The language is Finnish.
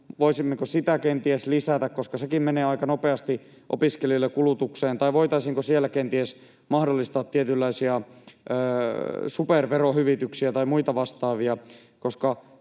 Voisimmeko sitä kenties lisätä, koska sekin menee aika nopeasti opiskelijoilla kulutukseen, tai voitaisiinko siellä kenties mahdollistaa tietynlaisia superverohyvityksiä tai muita vastaavia?